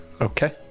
Okay